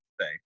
say